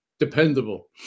Dependable